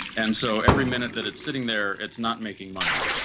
and so every minute that it's sitting there, it's not making money.